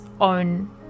own